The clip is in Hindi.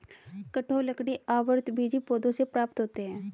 कठोर लकड़ी आवृतबीजी पौधों से प्राप्त होते हैं